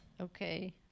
Okay